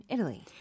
Italy